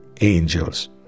angels